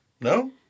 No